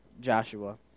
Joshua